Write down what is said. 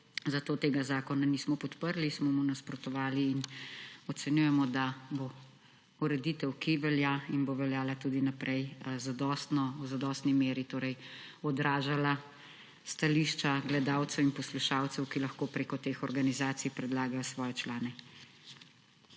zato tega zakona nismo podprli, smo mu nasprotovali in ocenjujemo, da bo ureditev, ki velja in bo veljala tudi naprej, v zadostni meri odražala stališča gledalcev in poslušalcev, ki lahko preko teh organizacij predlagajo svoje člane.